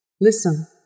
Listen